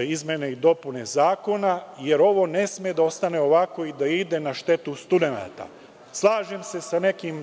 izmene i dopune zakona, jer ovo ne sme da ostane ovako i da ide na štetu studenata. Slažem se sa nekim